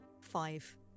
five